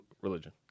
religion